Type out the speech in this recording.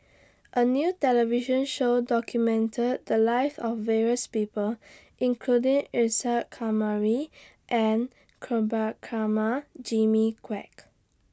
A New television Show documented The Lives of various People including Isa Kamari and Prabhakara Jimmy Quek